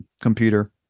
computer